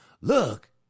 Look